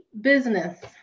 business